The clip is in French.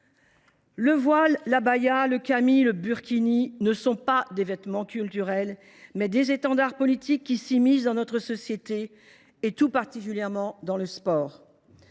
Le voile, l’abaya, le qamis, le burkini ne sont pas des vêtements culturels, ce sont des étendards politiques qui s’immiscent dans notre société et, tout particulièrement, dans le sport.